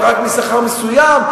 ורק משכר מסוים,